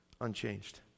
unchanged